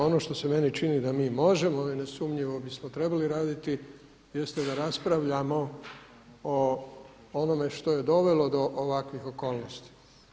Ono što se meni čini da mi možemo i nesumnjivo bismo trebali raditi jeste da raspravljamo o onome što je dovelo do ovakvih okolnosti.